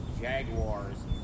Jaguars